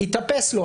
יתאפס לו.